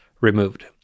removed